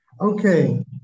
okay